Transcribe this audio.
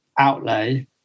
outlay